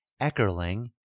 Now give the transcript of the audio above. eckerling